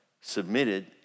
submitted